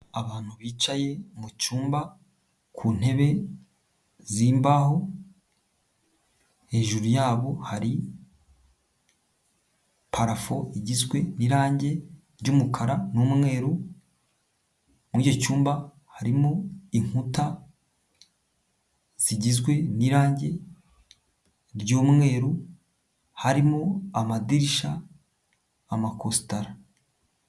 Abantu bicaye mu cyumba ku ntebe z'imbaho, hejuru yabo hari parafo igizwe n'irangi ry'umukara n'umweru, muri icyo cyumba harimo inkuta kigizwe n'irangi ry'umweru, harimo amadirishya, amakositara.